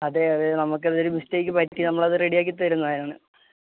അതെ അതെ നമ്മള്ക്കതൊരു മിസ്റ്റേക്ക് പറ്റി നമ്മളത് റെഡിയാക്കിത്തരുന്നതാണ്